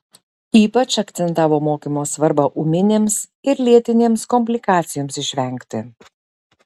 ypač akcentavo mokymo svarbą ūminėms ir lėtinėms komplikacijoms išvengti